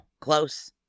close